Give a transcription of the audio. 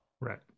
Right